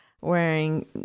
wearing